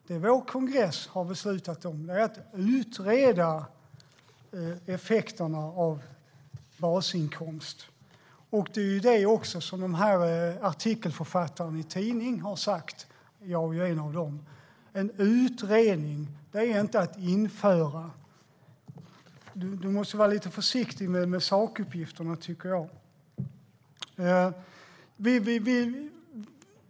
Det vår kongress har beslutat om är att utreda effekterna av basinkomst. Det är också det som artikelförfattarna, och jag är en av dem, har sagt i tidningen, nämligen att det handlar om en utredning. Det är inte samma sak som att införa det. Du måste vara lite försiktig med sakuppgifterna, tycker jag.